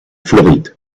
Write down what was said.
floride